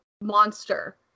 monster